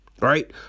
right